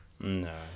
No